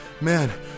man